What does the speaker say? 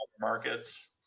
markets